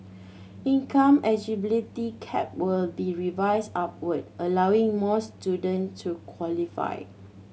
income eligibility cap will be revised upwards allowing more student to qualify